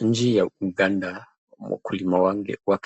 Nchi ya Uganda wakulima wengi wa